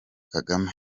kagame